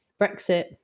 Brexit